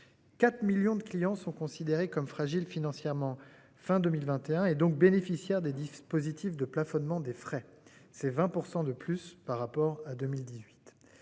4 millions de clients sont considérés comme fragiles financièrement fin 2021 et donc bénéficiaires des disques. Positif de plafonnement des frais, c'est 20% de plus par rapport à 2018.